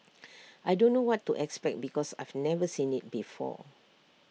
I don't know what to expect because I've never seen IT before